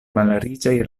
malriĉaj